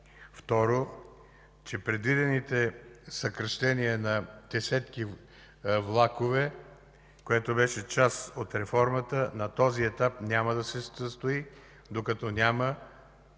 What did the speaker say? Второ, че предвидените съкращения на десетки влакове, което беше част от реформата, на този етап няма да се състои, докато няма